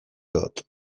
dut